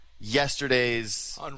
yesterday's